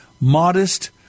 modest